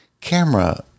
camera